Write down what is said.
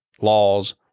laws